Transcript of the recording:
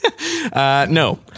no